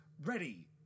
ready